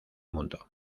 mundo